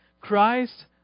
Christ